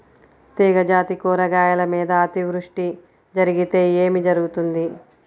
తీగజాతి కూరగాయల మీద అతివృష్టి జరిగితే ఏమి జరుగుతుంది?